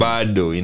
Bado